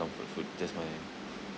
comfort food just my